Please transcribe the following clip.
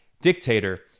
dictator